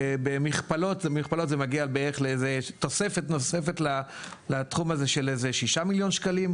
במכפלות זה מגיע בערך לתוספת נוספת לתחום הזה של איזה 6 מיליון שקלים,